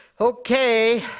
okay